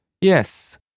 Yes